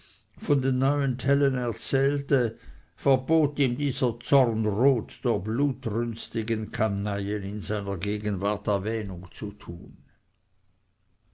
von den neuen tellen erzählte verbot ihm dieser zornrot der blutdürstigen kanaillen in seiner gegenwart erwähnung zu tun